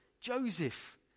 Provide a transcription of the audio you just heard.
Joseph